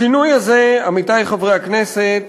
השינוי הזה, עמיתי חברי הכנסת,